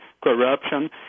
corruption